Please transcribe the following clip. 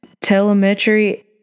telemetry